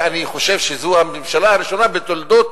ואני חושב שזו הממשלה הראשונה בתולדות